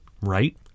right